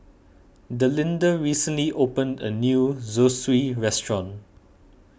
Delinda recently opened a new Zosui restaurant